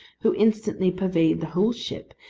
who instantly pervade the whole ship,